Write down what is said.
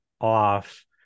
off